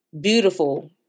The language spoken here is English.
beautiful